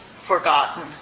forgotten